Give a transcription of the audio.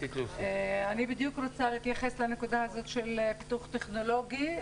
אני רוצה להתייחס לנקודה הזאת של פיתוח טכנולוגי,